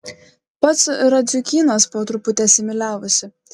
pats radziukynas po truputį asimiliavosi